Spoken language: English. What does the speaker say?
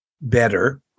better